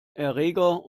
erreger